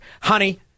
Honey